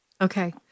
Okay